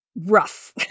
Rough